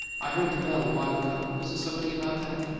i heard the bell awhile ago. was it somebody about that?